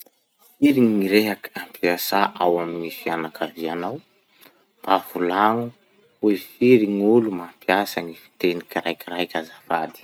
Firy gny rehaky ampiasà ao amin'ny fianakavianao? Mba volagno hoe firy gn'olo mampiasa gny fiteny kiraikiraiky azafady.